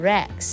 Rex